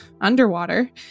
underwater